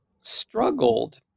struggled